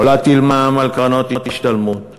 לא להטיל מע"מ על קרנות השתלמות,